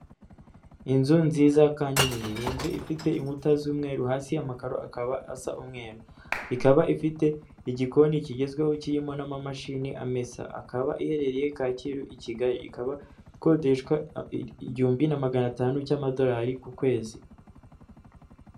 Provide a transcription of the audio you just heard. Inzu nziza kandi nini, ni inzu ifite inkuta z'umweru, hasi amakaro akaba asa umweru, ikaba ifite igikoni kigezweho kirimo n'amamashini amesa, akaba iherereye Kacyiru i Kigali, ikaba ikodeshwa igihumbi na magana atanu cy'amadorari ku kwezi.